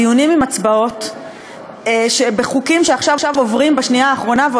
דיונים עם הצבעות בחוקים שעכשיו עוברים בשנייה האחרונה,